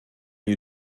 you